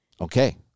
Okay